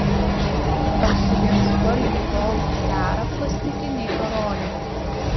ar su vienspalviu golfu dera plastikiniai karoliai